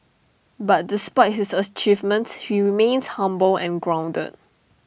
but despite his achievements he remains humble and grounded